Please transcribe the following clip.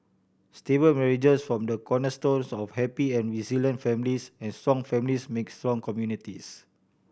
stable marriages form the cornerstones of happy and resilient families and strong families make strong communities